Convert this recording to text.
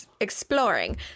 exploring